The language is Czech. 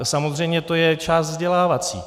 Samozřejmě je to část vzdělávací.